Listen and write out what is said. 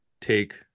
take